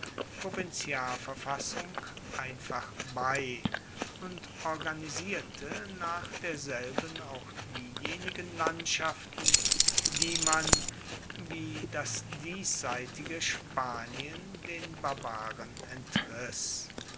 provinzialverfassung einfach bei und organisierte nach derselben auch diejenigen landschaften die man wie das diesseitige spanien den barbaren entriss